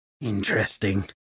Interesting